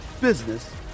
business